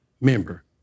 member